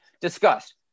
discussed